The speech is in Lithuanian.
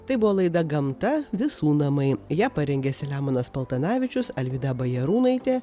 tai buvo laida gamta visų namai ją parengė selemonas paltanavičius alvyda bajarūnaitė